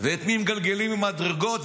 ואת מי מגלגלים מהמדרגות.